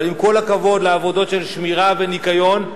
אבל עם כל הכבוד לעבודות של שמירה וניקיון,